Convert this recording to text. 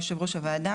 יושב ראש הוועדה,